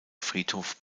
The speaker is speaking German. friedhof